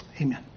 Amen